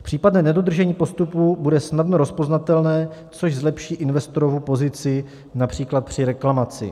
Případné nedodržení postupů bude snadno rozpoznatelné, což zlepší investorovu pozici například při reklamaci.